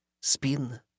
Spin